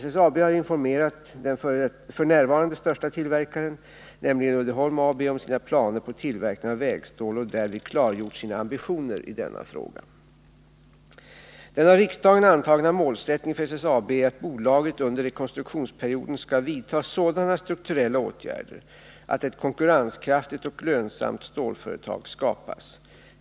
SSAB har informerat den f. n. största tillverkaren, nämligen Uddeholm AB, om sina planer på tillverkning av vägstål och därvid klargjort sina ambitioner i denna fråga. Den av riksdagen antagna målsättningen för SSAB är att bolaget under rekonstruktionsperioden skall vidta sådana strukturella åtgärder att ett konkurrenskraftigt och lönsamt stålföretag skapas.